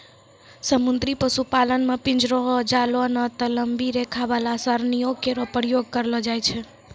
समुद्री पशुपालन म पिंजरो, जालों नै त लंबी रेखा वाला सरणियों केरो प्रयोग करलो जाय छै